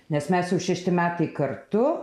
nes mes jau šešti metai kartu